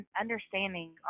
understanding